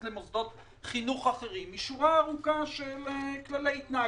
למוסדות חינוך אחרים משורה ארוכה של כללי התנהגות.